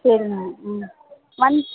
சரிங்க ம் வந்